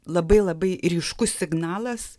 labai labai ryškus signalas